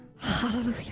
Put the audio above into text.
hallelujah